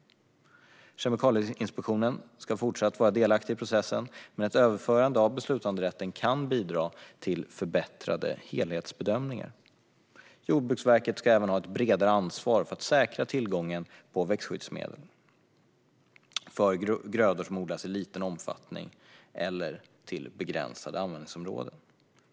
Kemikalieinspektionen ska fortsatt vara delaktig i processen, men ett överförande av beslutanderätten kan bidra till förbättrade helhetsbedömningar. Jordbruksverket ska även ha ett bredare ansvar för att säkra tillgången på växtskyddsmedel för grödor som odlas i liten omfattning eller till begränsade användningsområden.